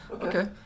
Okay